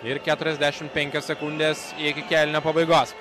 ir keturiasdešimt penkios sekundės iki kėlinio pabaigos